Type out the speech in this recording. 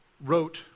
wrote